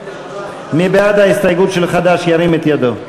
מי בעד ההסתייגות של חד"ש, ירים את ידו.